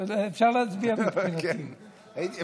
אפשר להצביע, אפשר.